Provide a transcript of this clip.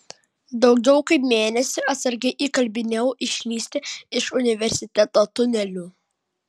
daugiau kaip mėnesį atsargiai įkalbinėjau išlįsti iš universiteto tunelių